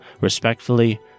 Respectfully